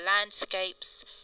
landscapes